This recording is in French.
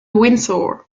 windsor